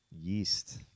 yeast